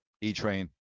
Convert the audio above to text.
E-Train